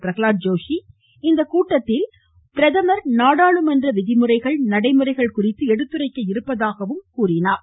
பிரகலாத் ஜோஷி இந்த கூட்டத்தில் பிரதமர் நாடாளுமன்ற விதிமுறைகள் நடைமுறைகள் குறித்து எடுத்துரைக்க இருப்பதாகவும் தெரிவித்தார்